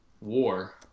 war